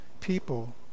people